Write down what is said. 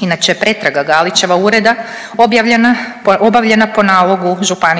Inače, pretraga Galićeva ureda objavljena, obavljena po nalogu ŽDO-a